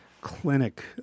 clinic